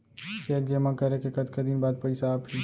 Cheque जेमा करे के कतका दिन बाद पइसा आप ही?